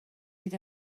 hyd